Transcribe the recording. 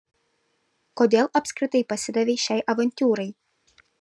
kodėl apskritai pasidavei šiai avantiūrai